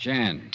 Jan